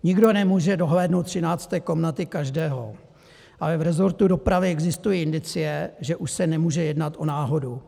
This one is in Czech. Nikdo nemůže dohlédnout 13. komnaty každého, ale v rezortu dopravy existují indicie, že už se nemůže jednat o náhodu.